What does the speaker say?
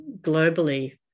globally